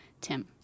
Tim